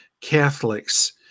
Catholics